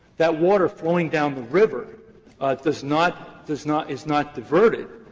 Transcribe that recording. that water flowing down the river does not, does not is not diverted.